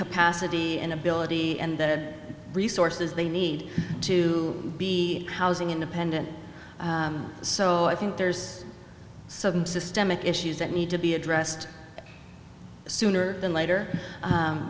capacity and ability and the resources they need to be housing independent so i think there's some systemic issues that need to be addressed sooner than later